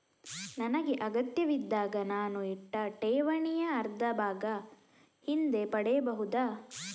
ನನಗೆ ಅಗತ್ಯವಿದ್ದಾಗ ನಾನು ಇಟ್ಟ ಠೇವಣಿಯ ಅರ್ಧಭಾಗ ಹಿಂದೆ ಪಡೆಯಬಹುದಾ?